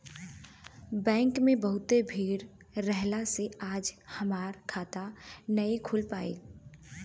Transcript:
bank में बहुते भीड़ रहला से आज हमार खाता नाइ खुल पाईल